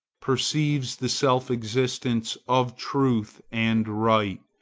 perceives the self-existence of truth and right,